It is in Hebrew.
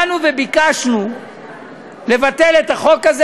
באנו וביקשנו לבטל את החוק הזה,